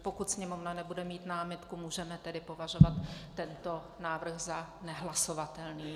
Pokud Sněmovna nebude mít námitku, můžeme tedy považovat tento návrh za již nehlasovatelný.